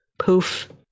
Poof